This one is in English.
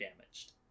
damaged